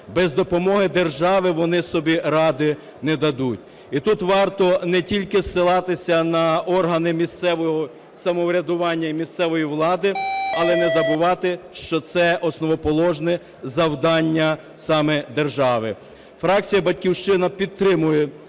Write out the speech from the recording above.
без допомоги держави вони собі ради не дадуть. І тут варто не тільки посилатися на органи місцевого самоврядування і місцевої влади, але не забувати, що це основоположне завдання саме держави. Фракція "Батьківщина" підтримує